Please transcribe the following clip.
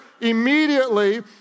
immediately